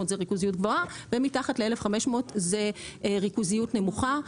ומתחת ל-1,500 זה ריכוזיות נמוכה.